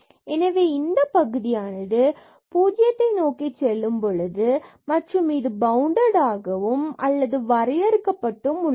x2y2cos 1x2y2 0f00 எனவே இந்தப் பகுதியானது பூஜ்ஜியத்தை நோக்கிச் செல்லும் பொழுது மற்றும் இது பவுண்டடாகவும் அல்லது வரையறுக்கப்பட்டும் உள்ளது